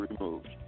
removed